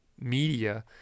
media